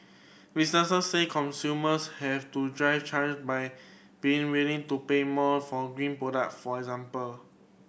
businesses say consumers have to drive change by being willing to pay more for green product for example